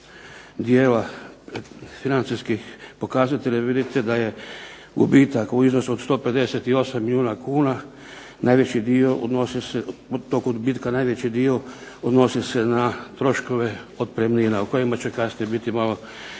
dijela financijskih pokazatelja vidite da je gubitak u iznosu od 158 milijuna kuna najveći dio odnosi se, od tog odbitka najveći dio odnosi se na troškove otpremnima o kojima će kasnije biti malo